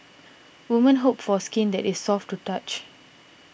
women hope for skin that is soft to touch